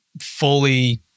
fully